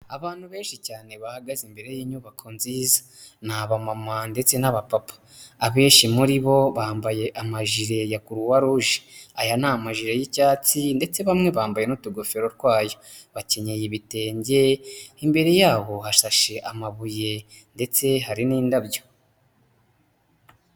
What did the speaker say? Abantu benshi cyane bahagaze imbere y'inyubako nziza, ni abamama ndetse n'abapapa. Abenshi muri bo bambaye amajire ya croix rouge, aya ni amajire y'icyatsi ndetse bamwe bambaye n'utugofero twayo, bakenyeye ibitenge imbere yaho hashashe amabuye ndetse hari n'indabyo.